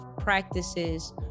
practices